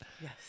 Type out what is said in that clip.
Yes